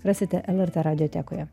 rasite lrt radiotekoje